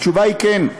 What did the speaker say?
התשובה היא כן,